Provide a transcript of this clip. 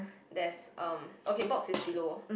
there's um okay box is below